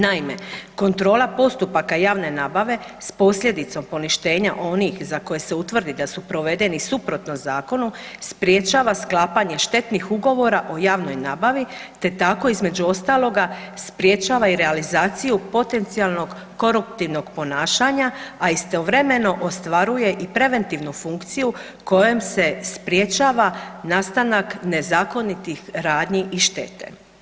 Naime, kontrola postupaka javne nabave s posljedicom poništenja onih za koje se utvrdi da su provedeni suprotno zakonu, sprječava sklapanje štetnih ugovora o javnoj nabavi te tako između ostaloga, sprječava i realizaciju potencijalnog koruptivnog ponašanja a istovremeno ostvaruje i preventivnu funkciju kojom se sprječava nastanak nezakonitih radnji i štete.